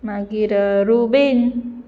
मागीर रुबेन